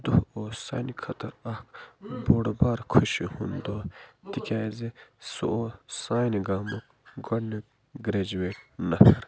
دۄہ اوس سانہِ خٲطر اَکھ بوٚڑ بارٕ خۄشی ہُنٛد دۄہ تِکیٛازِ سُہ اوس سانہِ گامُک گۄڈٕنیُک گریجویٹ نفر